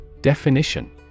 Definition